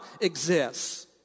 exists